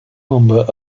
number